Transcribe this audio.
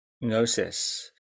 gnosis